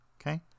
okay